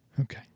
Okay